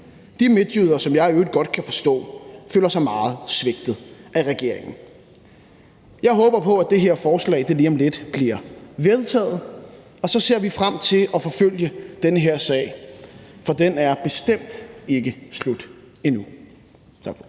de midtjyder, som jeg i øvrigt godt kan forstå føler sig meget svigtet af regeringen. Jeg håber på, at det her forslag lige om lidt bliver vedtaget, og så ser vi frem til at forfølge den her sag, for den er bestemt ikke slut endnu. Tak for